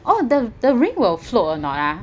oh the the ring will float or not ah